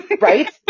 Right